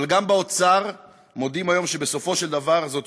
אבל גם באוצר מודים היום שבסופו של דבר זאת